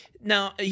now